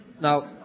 Now